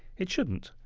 it shouldn't.